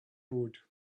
road